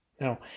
Now